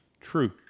True